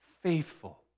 faithful